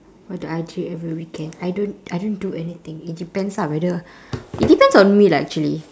what do I do every weekend I don't I don't do anything it depends ah whether it depends on me lah actually